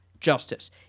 Justice